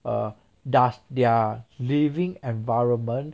uh does their living environment